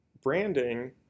branding